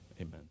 amen